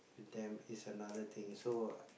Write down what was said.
then is another thing so